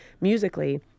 musically